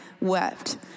wept